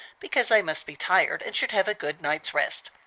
because i must be tired, and should have a good night's rest.